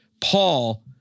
Paul